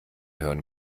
hören